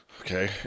Okay